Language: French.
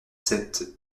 sept